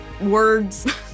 words